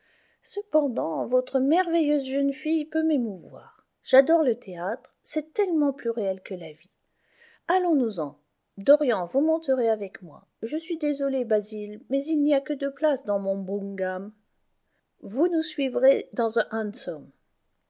cependant votre merveilleuse jeune fille peut m'émouvoir j'adore le théâtre c'est tellement plus réel que la vie allons-nous-en dorian vous monterez avec moi je suis désolé basil mais il n'y a que deux places dans mon brougham vous nous suivrez dans un hansom